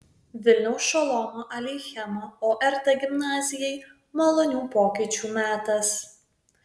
vilniaus šolomo aleichemo ort gimnazijai malonių pokyčių metas